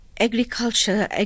Agriculture